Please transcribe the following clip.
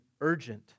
urgent